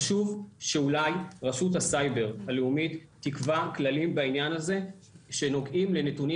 חשוב שאולי רשות הסייבר הלאומית תקבע כללים בעניין הזה שנוגעים לנתונים